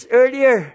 earlier